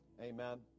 Amen